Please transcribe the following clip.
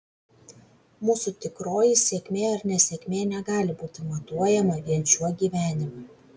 mūsų tikroji sėkmė ar nesėkmė negali būti matuojama vien šiuo gyvenimu